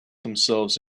themselves